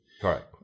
Correct